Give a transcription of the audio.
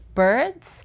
birds